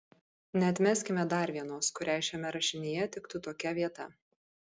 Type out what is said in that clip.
neatmeskime dar vienos kuriai šiame rašinyje tiktų tokia vieta